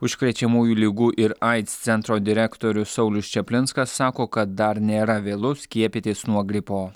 užkrečiamųjų ligų ir aids centro direktorius saulius čaplinskas sako kad dar nėra vėlu skiepytis nuo gripo